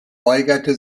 weigerte